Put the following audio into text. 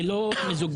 זה לא מיזוגני.